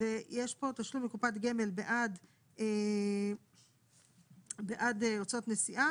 ויש פה תשלום לקופת גמל בעד הוצאות נסיעה